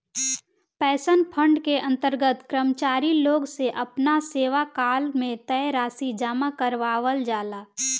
pension fund के अंतर्गत कर्मचारी लोग से आपना सेवाकाल में तय राशि जामा करावल जाला